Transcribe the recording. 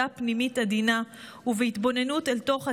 פנימית עדינה ובהתבוננות אל תוך עצמנו.